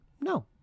No